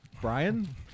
Brian